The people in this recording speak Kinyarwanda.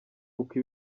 uku